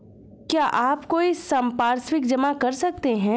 क्या आप कोई संपार्श्विक जमा कर सकते हैं?